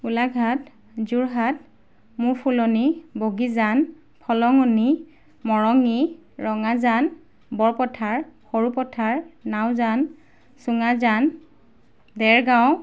Golaghat Jorhat Mufulani Bogijan Phalangani Morongi Rangajan Borpathar Sarupathar Naojan Chungajan Dergaon